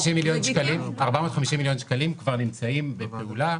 450 מיליון שקלים כבר נמצאים בפעולה,